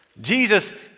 Jesus